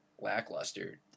lackluster